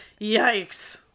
Yikes